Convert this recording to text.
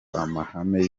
amahame